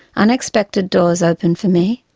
unexpected doors opened for me,